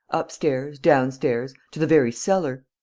upstairs, downstairs, to the very cellar.